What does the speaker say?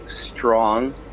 strong